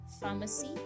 pharmacy